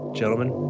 gentlemen